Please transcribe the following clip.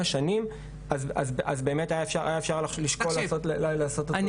שנים אז באמת אפשר היה לשקול אולי לעשות אותו --- תקשיב,